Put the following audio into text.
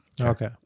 Okay